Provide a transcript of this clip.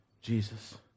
Jesus